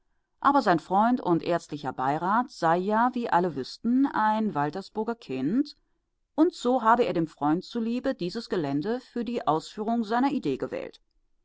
aber sein freund und ärztlicher beirat sei ja wie alle wüßten ein waltersburger kind und so habe er dem freund zuliebe dieses gelände für die ausführung seiner idee gewählt